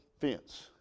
fence